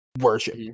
worship